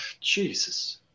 Jesus